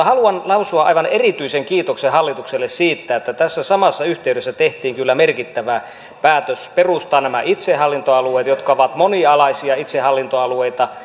haluan lausua aivan erityisen kiitoksen hallitukselle siitä että tässä samassa yhteydessä tehtiin kyllä merkittävä päätös perustaa nämä itsehallintoalueet jotka ovat monialaisia itsehallintoalueita